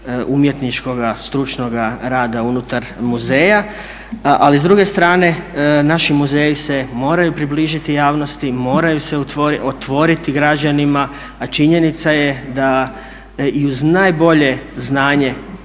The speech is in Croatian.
umjetničkoga, stručnoga rada unutar muzeja. Ali s druge strane naši muzeji se moraju približiti javnosti, moraju se otvoriti građanima a činjenica je da i uz najbolje znanje